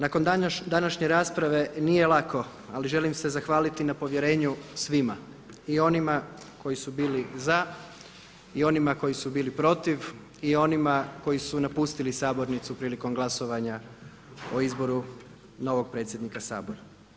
Nakon današnje rasprave nije lako, ali želim se zahvaliti na povjerenju svima i onima koji su bili za i onima koji su bili protiv i onima koji su napustili sabornicu prilikom glasovanja o izboru novog predsjednika Sabora.